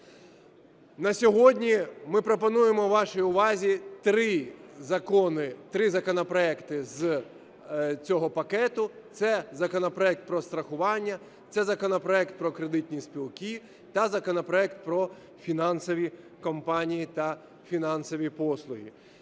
На сьогодні ми пропонуємо вашій увазі три закони, три законопроекти з цього пакету: це законопроект про страхування, це законопроект про кредитні спілки та законопроект про фінансові компанії та фінансові послуги.